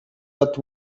that